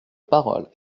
parole